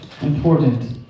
important